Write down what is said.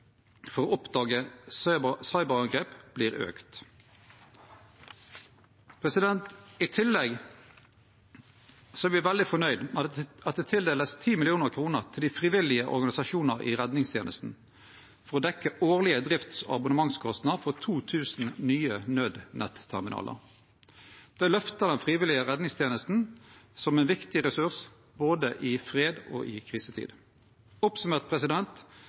for å oppdage cyberangrep, vert auka. I tillegg er me veldig fornøgde med at det vert tildelt 10 mill. kr til dei frivillige organisasjonane i redningstenesta for å dekkje årleg drifts- og abonnementskostnad for 2 000 nye nødnetterminalar. Dei løfta den frivillige redningstenesta som ein viktig ressurs både i fredstid og i krisetid. Oppsummert